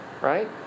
right